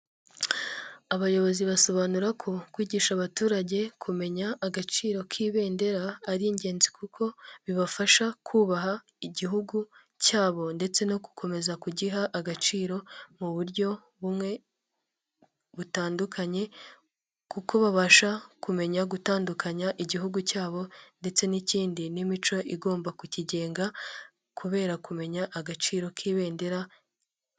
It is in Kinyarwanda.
Abayobozi basobanura ko kwigisha abaturage kumenya agaciro k'ibendera ari ingenzi kuko bibafasha kubaha igihugu cyabo ndetse no gukomeza kugiha agaciro mu buryo bumwe butandukanye, kuko babasha kumenya gutandukanya igihugu cyabo ndetse n'ikindi n'imico igomba kukigenga kubera kumenya agaciro k'ibendera.